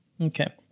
Okay